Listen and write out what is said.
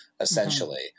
essentially